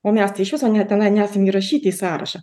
o mes tai iš viso net tenai nesam įrašyti į sąrašą